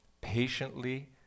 Patiently